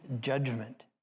judgment